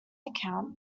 account